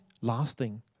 lasting